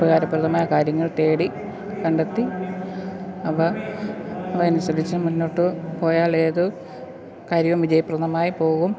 ഉപകാരപ്രദമായ കാര്യങ്ങൾ തേടി കണ്ടെത്തി അവ അതനുസരിച്ച് മുന്നോട്ട് പോയാൽ ഏതു കാര്യവും വിജയപ്രദമായി പോവും